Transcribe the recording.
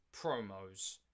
promos